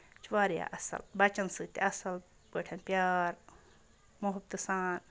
چھِ واریاہ اَصٕل بَچَن سۭتۍ تہِ اَصٕل پٲٹھۍ پیار محبتہٕ سان